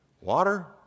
Water